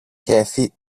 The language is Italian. kathy